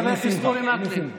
חבר הכנסת אורי מקלב.